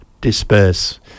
disperse